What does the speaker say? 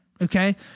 okay